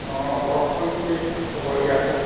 অঁ কওকচোন কি ক'বলগীয়া আছে